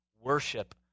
worship